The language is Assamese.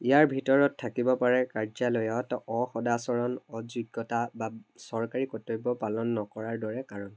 ইয়াৰ ভিতৰত থাকিব পাৰে কাৰ্যালয়ত অসদাচৰণ অযোগ্যতা বা চৰকাৰী কৰ্তব্য পালন নকৰাৰ দৰে কাৰণ